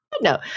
no